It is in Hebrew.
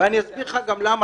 ואני אסביר לך גם למה,